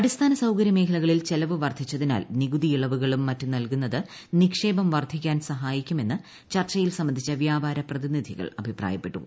അടിസ്ഥാന സൌകരൃ മേഖലകളിൽ ചെലവ്ട് വർധിച്ചതിനാൽ നികുതി ഇളവുകളും മറ്റും നൽകുന്നത് നിക്ഷേപ്പം വർധിക്കാൻ സഹായിക്കുമെന്ന് ചർച്ചയിൽ സംബന്ധിച്ചുവ്യാപ്പാര പ്രതിനിധികൾ അഭിപ്രായപ്പെട്ടു